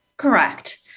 Correct